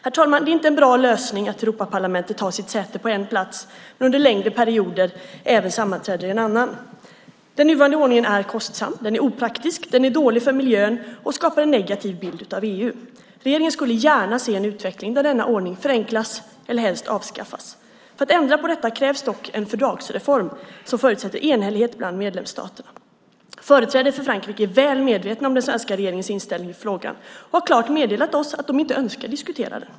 Det är inte en bra lösning att Europaparlamentet har sitt säte på en plats men under längre perioder även sammanträder någon annanstans. Den nuvarande ordningen är kostsam, opraktisk, dålig för miljön och skapar en negativ bild av EU. Regeringen skulle gärna se en utveckling där denna ordning förenklas eller helst avskaffas. För att ändra på detta krävs dock en fördragsreform som förutsätter enhällighet bland medlemsstaterna. Företrädare för Frankrike är väl medvetna om den svenska regeringens inställning i frågan och har klart meddelat att de inte önskar att diskutera den.